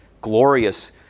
glorious